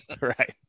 Right